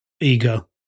ego